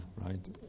right